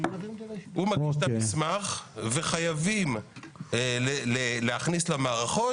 האדם מגיש את המסמך וחייבים להכניס למערכות